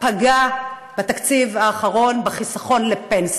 פגע בתקציב האחרון בחיסכון לפנסיה.